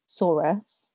Saurus